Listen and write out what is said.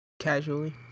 casually